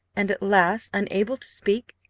and at last, unable to speak,